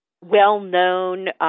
well-known